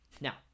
Now